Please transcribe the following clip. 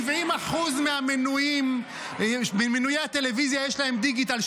ל-70% ממנויי הטלוויזיה יש דיגיטל.